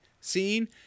scene